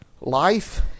Life